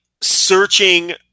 searching